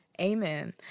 Amen